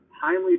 timely